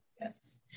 Yes